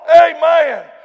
Amen